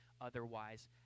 otherwise